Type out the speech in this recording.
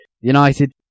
United